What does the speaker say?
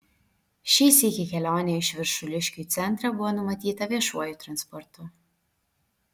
šį sykį kelionė iš viršuliškių į centrą buvo numatyta viešuoju transportu